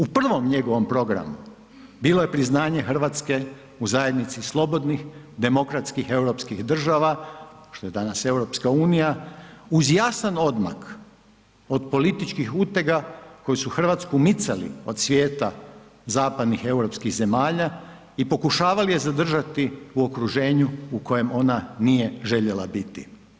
U prvom njegovom programu bilo je priznanje RH u zajednici slobodnih demokratskih europskih država, što je danas EU, uz jasan odmak od političkih utega koji su RH micali od svijeta zapadnih europskih zemalja i pokušavali je zadržati u okruženju u kojem ona nije željela biti.